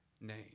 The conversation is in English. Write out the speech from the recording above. name